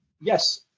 Yes